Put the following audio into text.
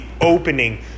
opening